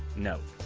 note,